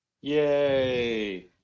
Yay